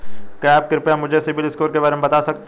क्या आप कृपया मुझे सिबिल स्कोर के बारे में बता सकते हैं?